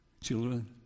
Children